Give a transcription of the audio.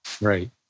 Right